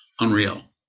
unreal